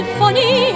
funny